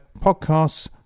podcasts